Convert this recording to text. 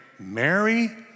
Mary